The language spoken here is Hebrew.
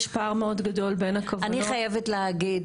יש פער מאוד גדול בין הכוונות --- אני חייבת להגיד,